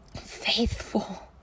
faithful